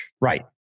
Right